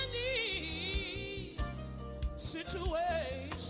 e six